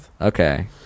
okay